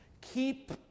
keep